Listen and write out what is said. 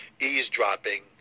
eavesdropping